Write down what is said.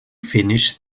finish